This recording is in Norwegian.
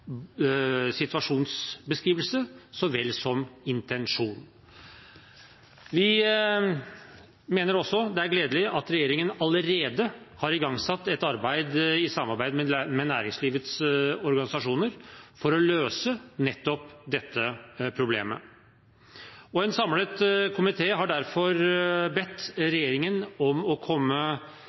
situasjonsbeskrivelse så vel som intensjon. Vi mener det er gledelig at regjeringen allerede har igangsatt et arbeid i samarbeid med næringslivets organisasjoner for å løse nettopp dette problemet. En samlet komité har derfor bedt regjeringen om å komme